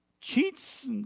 cheats